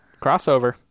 crossover